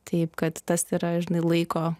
taip kad tas yra žinai laiko